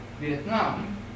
Vietnam